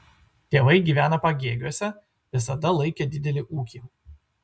tėvai gyvena pagėgiuose visada laikė didelį ūkį